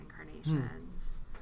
incarnations